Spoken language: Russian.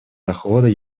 дохода